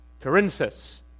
Corinthus